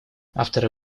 авторы